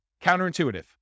Counterintuitive